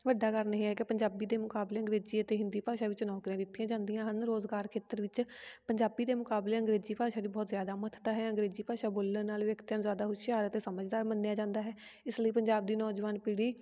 ਵੱਡਾ ਕਾਰਨ ਇਹ ਹੈ ਕਿ ਪੰਜਾਬੀ ਦੇ ਮੁਕਾਬਲੇ ਅੰਗਰੇਜ਼ੀ ਅਤੇ ਹਿੰਦੀ ਭਾਸ਼ਾ ਵਿੱਚ ਨੌਕਰੀਆਂ ਦਿੱਤੀਆਂ ਜਾਂਦੀਆਂ ਹਨ ਰੁਜ਼ਗਾਰ ਖੇਤਰ ਵਿੱਚ ਪੰਜਾਬੀ ਦੇ ਮੁਕਾਬਲੇ ਅੰਗਰੇਜ਼ੀ ਭਾਸ਼ਾ ਦੀ ਬਹੁਤ ਜ਼ਿਆਦਾ ਮਹੱਤਤਾ ਹੈ ਅੰਗਰੇਜ਼ੀ ਭਾਸ਼ਾ ਬੋਲਣ ਵਾਲੇ ਵਿਅਕਤੀਆਂ ਨੂੰ ਜ਼ਿਆਦਾ ਹੁਸ਼ਿਆਰ ਅਤੇ ਸਮਝਦਾਰ ਮੰਨਿਆ ਜਾਂਦਾ ਹੈ ਇਸ ਲਈ ਪੰਜਾਬ ਦੀ ਨੌਜਵਾਨ ਪੀੜ੍ਹੀ